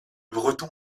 breton